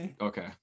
Okay